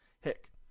hick